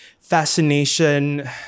fascination